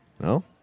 No